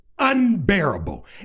unbearable